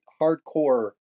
hardcore